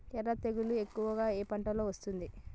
ఎర్ర తెగులు ఎక్కువగా ఏ పంటలో వస్తుంది?